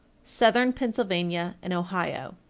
southern pennsylvania and ohio.